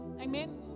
Amen